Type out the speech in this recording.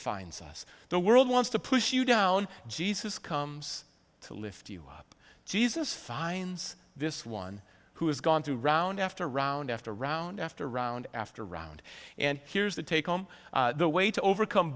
finds us the world wants to push you down jesus comes to lift you up jesus finds this one who has gone through round after round after round after round after round and here's the take home the way to overcome